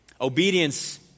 Obedience